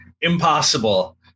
impossible